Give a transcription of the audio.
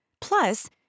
Plus